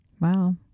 Wow